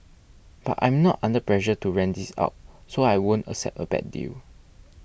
but I'm not under pressure to rent this out so I won't accept a bad deal